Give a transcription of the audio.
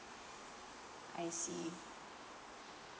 I see